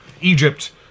Egypt